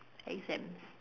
exams